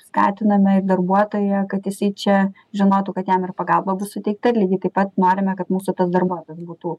skatiname ir darbuotoją kad jisai čia žinotų kad jam ir pagalba bus suteikta lygiai taip pat norime kad mūsų tas darbuotojas būtų